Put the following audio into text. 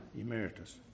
Emeritus